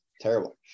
terrible